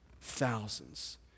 Thousands